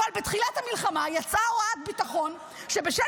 אבל בתחילת המלחמה יצאה הוראת ביטחון שבשל